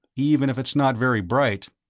even if it's not very bright.